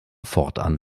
fortan